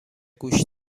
گوش